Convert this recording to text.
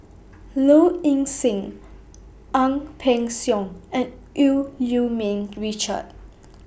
Low Ing Sing Ang Peng Siong and EU Ming Richard